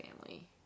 family